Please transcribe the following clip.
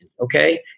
okay